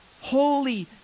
holy